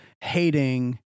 hating